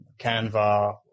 Canva